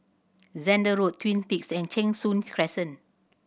Zehnder Road Twin Peaks and Cheng Soon's Crescent